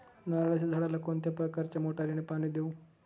नारळाच्या झाडाला कोणत्या प्रकारच्या मोटारीने पाणी देऊ?